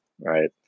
right